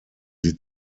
sie